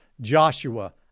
Joshua